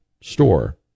store